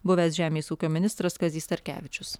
buvęs žemės ūkio ministras kazys starkevičius